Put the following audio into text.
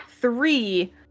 three